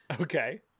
okay